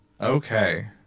Okay